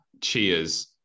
cheers